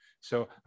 So-